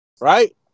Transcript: right